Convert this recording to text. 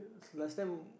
last time